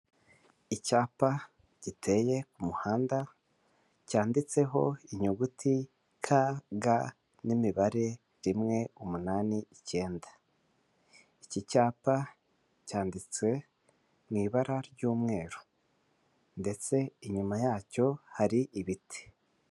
Icyapa giteye ku muhanda cyanditseho inyuguti ka, ga n'imibare rimwe, umunani, icyenda. Iki cyapa cyanditswe mu ibara ry'umweru ndetse inyuma yacyo hari ibiti.